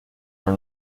are